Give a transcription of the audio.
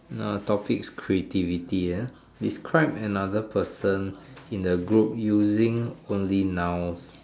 Now the topic is creativity ah describe another person in the group using only nouns